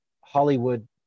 Hollywood